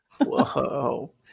whoa